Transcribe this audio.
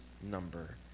number